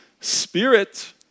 spirit